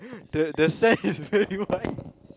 the the sand is very white